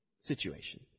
situation